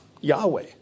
Yahweh